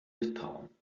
litauen